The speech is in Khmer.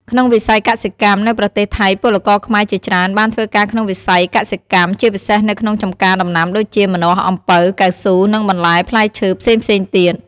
ក្នុងវិស័យសិកម្មនៅប្រទេសថៃពលករខ្មែរជាច្រើនបានធ្វើការក្នុងវិស័យកសិកម្ម ជាពិសេសនៅក្នុងចម្ការដំណាំដូចជា ម្នាស់ អំពៅ កៅស៊ូ និង បន្លែផ្លែឈើ ផ្សេងៗទៀត ។